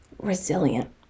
resilient